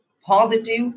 positive